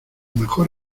mejor